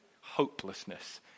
hopelessness